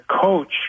coach